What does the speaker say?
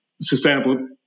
sustainable